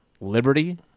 Liberty